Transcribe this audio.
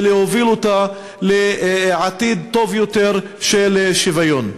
להוביל אותה לעתיד טוב יותר של שוויון.